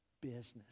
business